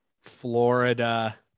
Florida